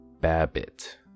Babbit